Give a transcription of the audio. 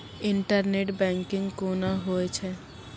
Internet banking कोना होय छै?